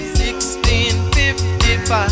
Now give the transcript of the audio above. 1655